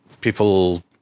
people